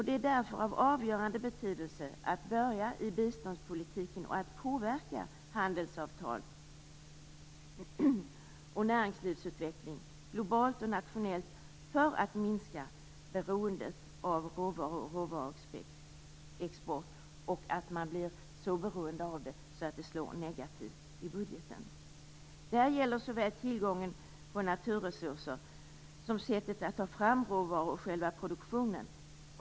Det är därför av avgörande betydelse att börja i biståndspolitiken och att påverka handelsavtal och näringslivsutveckling, globalt och nationellt, för att minska risken att man blir så beroende av råvaror och råvaruexport att det slår negativt i budgeten. Detta gäller såväl tillgången på naturresurser som sättet att ta fram råvaror och själva produktionen.